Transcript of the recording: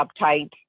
uptight